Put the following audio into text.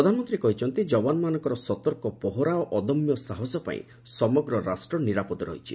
ପ୍ରଧାନମନ୍ତ୍ରୀ କହିଛନ୍ତି ଯବାନମାନଙ୍କର ସତର୍କ ପହରା ଓ ଅଦମ୍ୟ ସାହସ ପାଇଁ ସମଗ୍ର ରାଷ୍ଟ୍ର ନିରାପଦ ରହିଛି